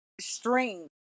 string